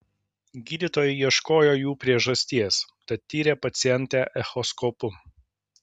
gydytojai ieškojo jų priežasties tad tyrė pacientę echoskopu